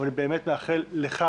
אני באמת מאחל לך,